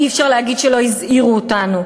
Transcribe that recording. אי-אפשר להגיד שלא הזהירו אותנו.